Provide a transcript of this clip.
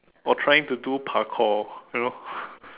or trying to do parkour you know